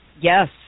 Yes